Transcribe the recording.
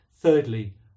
thirdly